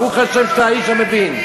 ברוך השם שאתה האיש שמבין.